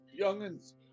youngins